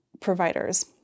providers